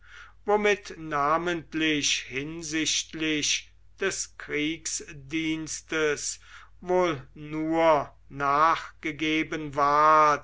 womit namentlich hinsichtlich des kriegsdienstes wohl nur nachgegeben ward